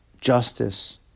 justice